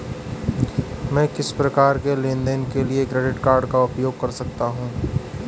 मैं किस प्रकार के लेनदेन के लिए क्रेडिट कार्ड का उपयोग कर सकता हूं?